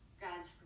god's